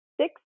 six